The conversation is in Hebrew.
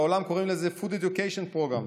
בעולם קוראים לזה food education programs.